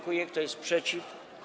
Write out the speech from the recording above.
Kto jest przeciw?